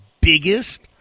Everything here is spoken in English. biggest